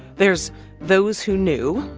there's those who knew.